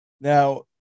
Now